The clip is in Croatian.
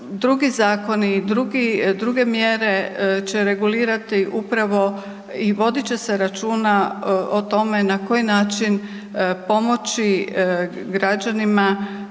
drugi zakoni i druge mjere će regulirati upravo i vodit će se računa o tome na koji način pomoći građanima